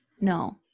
No